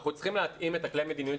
אנחנו צריכים להתאים את כליי המדיניות